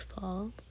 fall